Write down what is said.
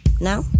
now